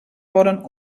worden